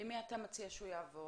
למי אתה מציע שהוא יעבור?